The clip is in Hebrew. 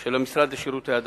של המשרד לשירותי הדת.